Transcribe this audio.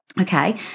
Okay